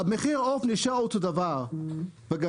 מחיר העוף נשאר אותו דבר בגדול,